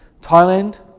Thailand